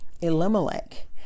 Elimelech